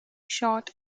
short